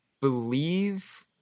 believe